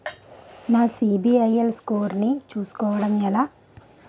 నా CIBIL score చుస్కోవడం ఎలా?